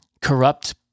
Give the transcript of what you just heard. corrupt